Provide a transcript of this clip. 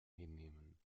hinnehmen